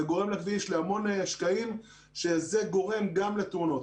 זה גורם בכביש להמון שקעים, כשגם זה גורם לתאונות.